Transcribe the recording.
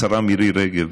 השרה מירי רגב,